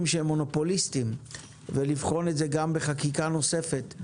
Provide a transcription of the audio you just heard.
מונופוליסטיים ולבחון את זה גם בחקיקה נוספת.